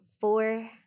four